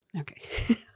Okay